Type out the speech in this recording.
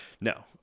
no